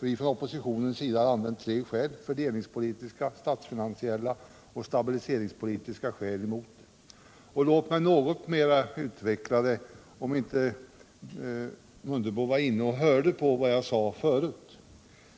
vi från oppositionens sida har använt tre skäl —- fördelningspolitiska, statsfinansiella och stabiliseringspolitiska — mot regeringens förslag. Låt mig något mera utveckla det, om inte herr Mundebo var inne och hörde på vad jag sade förut.